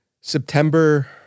September